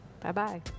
Bye-bye